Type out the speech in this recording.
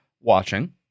watching